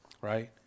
right